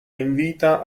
invita